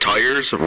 Tires